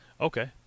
Okay